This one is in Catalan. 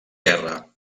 guerra